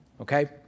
okay